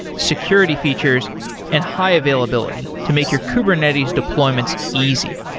security features and high availability to make your kubernetes deployments easy.